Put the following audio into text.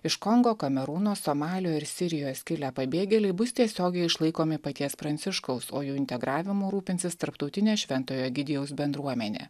iš kongo kamerūno somalio ir sirijos kilę pabėgėliai bus tiesiogiai išlaikomi paties pranciškaus o jų integravimu rūpinsis tarptautinė šventojo egidijaus bendruomenė